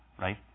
right